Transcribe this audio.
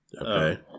Okay